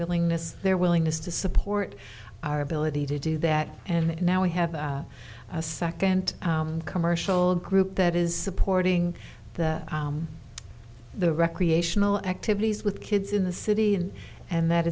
willingness their willingness to support our ability to do that and now we have a second commercial group that is supporting the recreational activities with kids in the city in and that